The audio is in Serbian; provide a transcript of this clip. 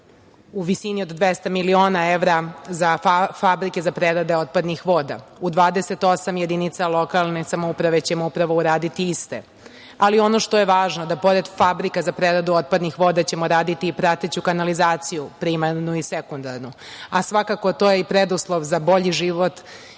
u visini od 200 miliona evra za fabrike za preradu otpadnih voda. U 28 jedinica lokalne samouprave ćemo upravo uraditi iste, ali ono što je važno jeste da, pored fabrika za preradu otpadnih voda, ćemo raditi i prateću kanalizaciju, primarnu i sekundarnu. Svakako, to je i preduslov za bolji život